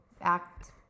act